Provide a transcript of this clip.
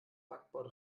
backbord